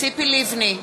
ציפי לבני,